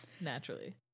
Naturally